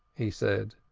he said.